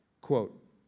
Quote